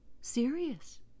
serious